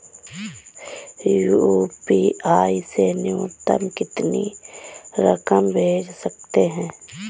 UPI से न्यूनतम कितनी रकम भेज सकते हैं?